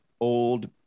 old